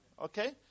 Okay